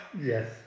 Yes